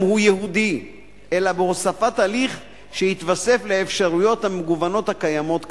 הוא יהודי אלא בהוספת הליך שהתווסף לאפשרויות המגוונות הקיימות כיום.